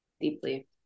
Deeply